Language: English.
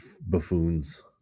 buffoons